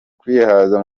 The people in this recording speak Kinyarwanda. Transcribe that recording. kwihaza